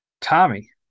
tommy